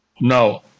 No